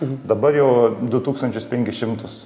dabar jau du tūkstančius penkis šimtus